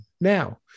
Now